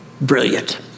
Brilliant